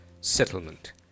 settlement